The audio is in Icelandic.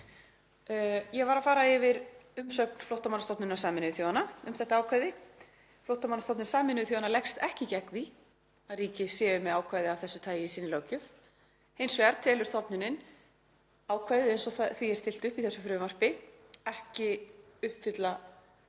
Ég var að fara yfir umsögn Flóttamannastofnunar Sameinuðu þjóðanna um þetta ákvæði. Flóttamannastofnun Sameinuðu þjóðanna leggst ekki gegn því að ríki séu með ákvæði af þessu tagi í sinni löggjöf. Hins vegar telur stofnunin ákvæðið eins og því er stillt upp í þessu frumvarpi ekki uppfylla